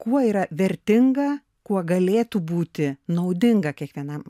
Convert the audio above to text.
kuo yra vertinga kuo galėtų būti naudinga kiekvienam